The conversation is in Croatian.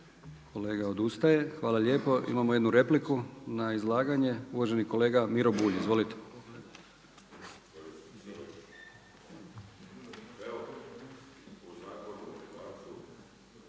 kolega odustaje. Hvala lijepo. Imamo jednu repliku na izlaganje, uvaženi kolega Miro Bulj. Izvolite.